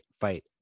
Fight